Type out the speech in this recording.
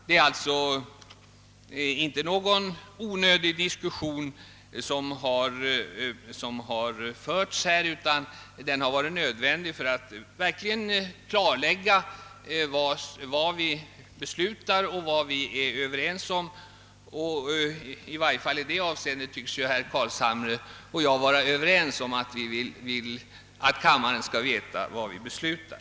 Det är alltså inte någon onödig diskussion som har förts här; den har varit nödvändig för att verkligen klarlägga vad vi beslutar och vad vi är överens om. I varje fall i det avseendet tycks ju herr Carlshamre och jag vara ense: vi vill båda att kammaren skall veta vad det är den beslutar!